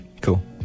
Cool